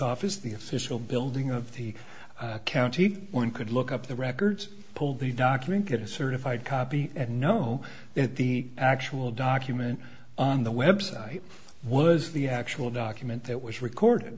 office the official building of the county one could look up the records pull the document get a certified copy and know that the actual document on the website was the actual document that was recorded